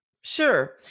sure